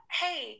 hey